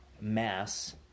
mass